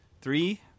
Three